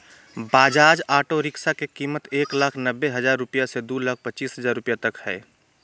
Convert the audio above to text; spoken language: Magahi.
बजाज ऑटो रिक्शा के कीमत एक लाख नब्बे हजार रुपया से दू लाख पचीस हजार रुपया तक हइ